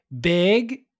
big